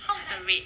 how's the rate